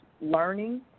learning